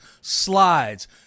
slides